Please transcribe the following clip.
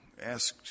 asked